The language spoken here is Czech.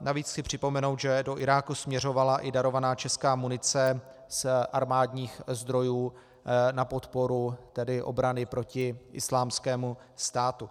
Navíc chci připomenout, že do Iráku směřovala i darovaná česká munice z armádních zdrojů na podporu obrany proti Islámskému státu.